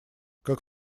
как